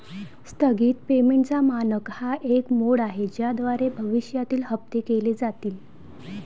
स्थगित पेमेंटचा मानक हा एक मोड आहे ज्याद्वारे भविष्यातील हप्ते केले जातील